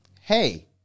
hey